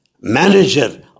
manager